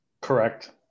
Correct